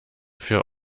für